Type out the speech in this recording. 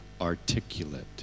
articulate